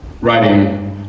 writing